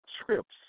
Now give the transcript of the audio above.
scripts